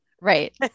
Right